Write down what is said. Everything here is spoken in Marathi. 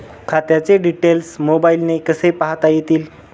खात्याचे डिटेल्स मोबाईलने कसे पाहता येतील?